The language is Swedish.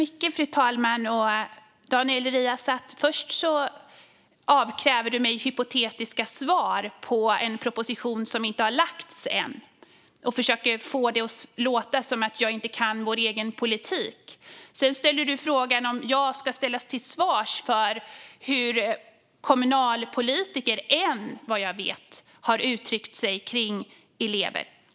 Fru talman! Först avkräver du, Daniel Riazat, mig hypotetiska svar om en proposition som inte har lagts fram än och försöker få det att låta som att jag inte kan vår egen politik. Sedan ställer du mig till svars för hur kommunalpolitiker - det är en, vad jag vet - har uttryckt sig om elever.